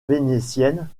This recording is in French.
vénitienne